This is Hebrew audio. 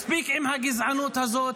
מספיק עם הגזענות הזאת,